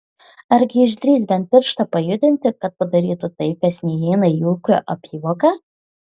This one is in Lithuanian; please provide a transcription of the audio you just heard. argi išdrįs bent pirštą pajudinti kad padarytų tai kas neįeina į ūkio apyvoką